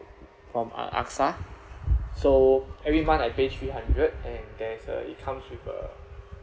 from uh Axa so every month I pay three hundred and there's a it comes with a